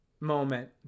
moment